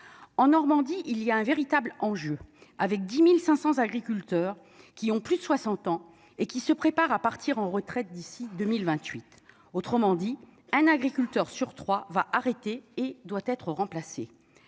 en Normandie, il y a un véritable enjeu avec 10500 agriculteurs qui ont plus de 60 ans et qui se prépare à partir en retraite d'ici 2028, autrement dit un agriculteur sur 3 va arrêter et doit être remplacé